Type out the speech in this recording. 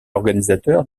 organisateur